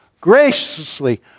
graciously